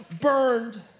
burned